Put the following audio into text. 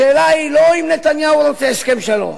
השאלה היא לא אם נתניהו רוצה הסכם שלום,